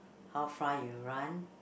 how far you run